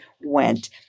went